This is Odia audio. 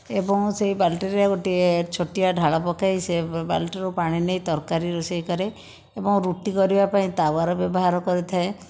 ଏବଂ ସେହି ବାଲ୍ଟିରେ ଗୋଟିଏ ଛୋଟିଆ ଢାଳ ପକାଇ ସେ ବାଲ୍ଟିରୁ ପାଣି ନେଇ ତରକାରୀ ରୋଷେଇ କରେ ଏବଂ ରୁଟି କରିବା ପାଇଁ ତାୱାର ବ୍ୟବହାର କରିଥାଏ